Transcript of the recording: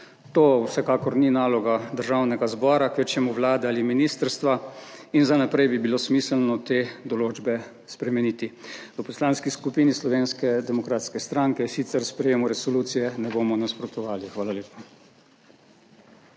To vsekakor ni naloga Državnega zbora, kvečjemu Vlade ali ministrstva, in za naprej bi bilo smiselno te določbe spremeniti. V Poslanski skupini Slovenske demokratske stranke sicer sprejetju resolucije ne bomo nasprotovali. Hvala lepa.